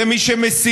זה מי שמסית,